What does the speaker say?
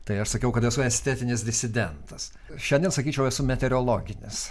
tai aš sakiau kad esu estetinis disidentas šiandien sakyčiau esu meteorologinis